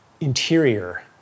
interior